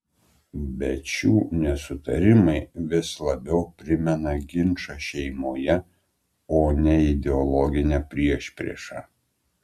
bet šių nesutarimai vis labiau primena ginčą šeimoje o ne ideologinę priešpriešą